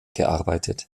gearbeitet